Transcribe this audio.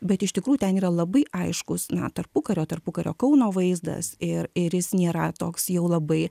bet iš tikrųjų ten yra labai aiškus na tarpukario tarpukario kauno vaizdas ir ir jis nėra toks jau labai